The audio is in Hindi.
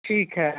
ठीक है